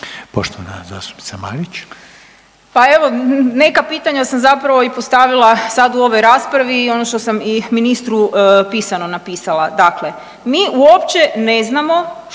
**Marić, Andreja (SDP)** Pa evo, neka pitanja sam zapravo i postavila sad u ovoj raspravi i ono što sam i ministru pisano napisala. Dakle, mi uopće ne znamo